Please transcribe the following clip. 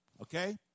Okay